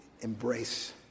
embrace